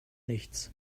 nichts